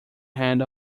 hand